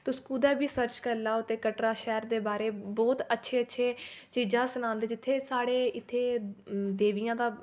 तुस कुतै बी सर्च कर लाओ ते कटरा शैह्र दे बारे बहुत अच्छे अच्छे चीजां सनांदे जित्थै साढ़े इत्थै देवियां दा